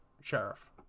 sheriff